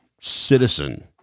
citizen